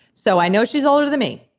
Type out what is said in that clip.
so i know she's older than me.